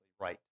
right